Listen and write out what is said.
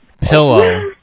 Pillow